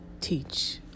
teach